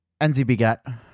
NZBGET